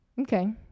Okay